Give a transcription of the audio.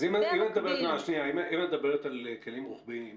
אז אם את מדברת על כלים רוחביים,